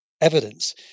evidence